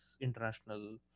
international